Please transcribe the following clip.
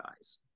eyes